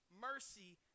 mercy